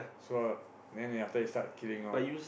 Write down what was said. so then they after start killing and all